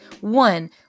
One